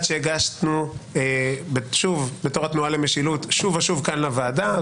שהגשנו בתנועה למשילות שוב ושוב כאן לוועדה,